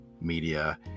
media